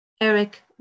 Eric